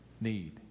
need